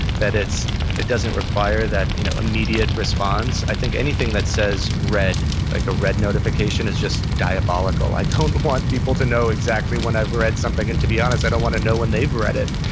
that it doesn't require that you know immediate response. i think anything that says red, like a red notification, is just diabolical. i don't want people to know exactly when i've read something and to be honest, i don't want to know when they've read it,